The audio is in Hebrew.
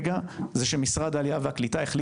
בתוך משרד העלייה והקליטה וגם בקליטה